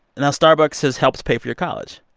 now, starbucks has helped pay for your college?